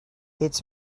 its